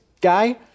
guy